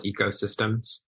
ecosystems